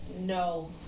No